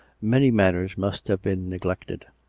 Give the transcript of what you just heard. many matters must have been neglected.